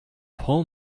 pull